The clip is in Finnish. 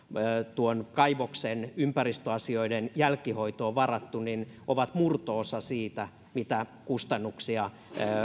tuon kaivoksen ympäristöasioiden jälkihoitoon varattu ovat murto osa siitä mitä kustannuksia